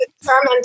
determined